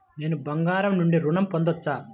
నేను బంగారం నుండి ఋణం పొందవచ్చా?